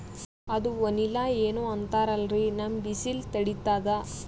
ಅದು ವನಿಲಾ ಏನೋ ಅಂತಾರಲ್ರೀ, ನಮ್ ಬಿಸಿಲ ತಡೀತದಾ?